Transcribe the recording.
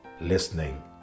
listening